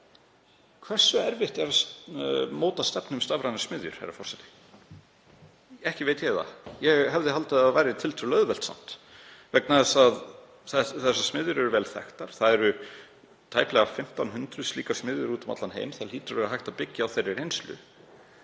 Hversu erfitt er að móta stefnu um stafrænar smiðjur, herra forseti? Ekki veit ég það. Ég hefði haldið að það væri tiltölulega auðvelt samt vegna þess að þessar smiðjur eru vel þekktar, það eru tæplega 1.500 slíkar smiðjur úti um allan heim og það hlýtur að vera hægt að byggja á þeirri reynslu.